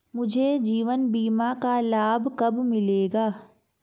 मुझे जीवन बीमा का लाभ कब मिलेगा?